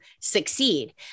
succeed